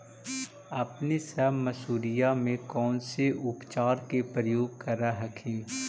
अपने सब मसुरिया मे कौन से उपचार के प्रयोग कर हखिन?